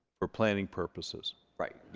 for planning purposes. right.